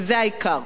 וזה העיקר.